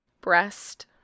breast